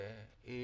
היא